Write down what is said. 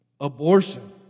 Abortion